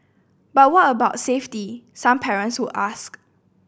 but what about safety some parents would ask